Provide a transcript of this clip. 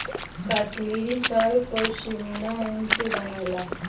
कसमीरी साल पसमिना ऊन से बनला